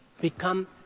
become